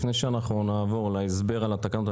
לפני שנעבור להסבר על התקנות,